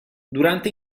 durante